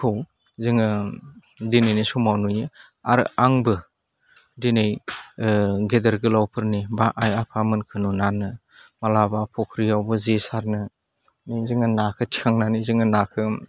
खौ जोङो दिनैनि समाव नुयो आरो आंबो दिनै गेदेर गोलावफोरनि बा आइ आफामोनखौ नुनानैनो माब्लाबा फख्रियावबो जे सारनो जोङो नाखौ थिखांनानै जोङो नाखौ